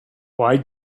why